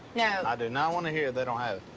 no i do not want to hear, they don't have